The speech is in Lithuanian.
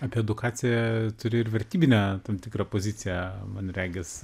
apie edukaciją turi ir vertybinę tam tikrą poziciją man regis